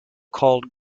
called